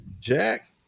Jack